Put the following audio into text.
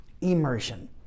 immersion